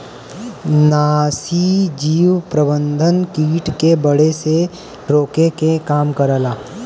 नाशीजीव प्रबंधन कीट के बढ़े से रोके के काम करला